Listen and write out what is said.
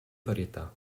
varietà